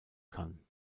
kann